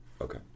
Okay